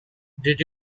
did